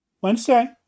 Wednesday